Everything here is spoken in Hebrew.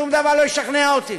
שום דבר לא ישכנע אותי.